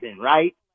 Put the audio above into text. right